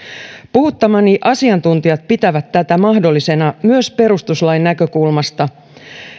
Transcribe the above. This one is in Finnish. puhuttamani asiantuntijat pitävät tätä mahdollisena myös perustuslain näkökulmasta